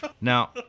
Now